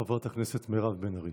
חברת הכנסת מירב בן ארי.